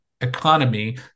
economy